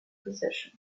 position